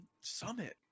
Summit